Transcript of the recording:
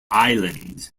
island